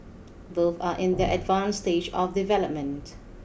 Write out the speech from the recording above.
both are in their advanced stage of development